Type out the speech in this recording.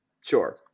Sure